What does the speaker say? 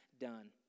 done